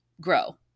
grow